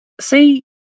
See